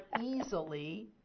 easily